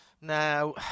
Now